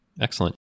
Excellent